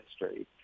history